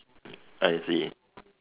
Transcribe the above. I see